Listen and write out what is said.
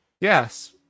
Yes